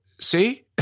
see